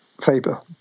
Faber